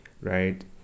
right